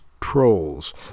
trolls